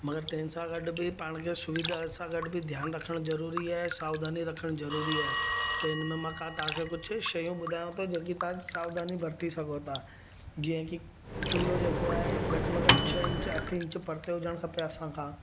मगर तंहिंसां गॾु बि पाण खे सुविधा सां गॾु बि ध्यानु रखणु ज़रूरी आहे सावधानी रखणु जरूरी आहे त हिनमें मां का तव्हां कुझु शयूं ॿुधायो तो जेकी तव्हां सावधानी बरती सघो था जीअं की चुल्हो जेको आहे घटि में घटि छह इंच अठ इंच परते हुजणु खपे असांखा